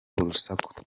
urusaku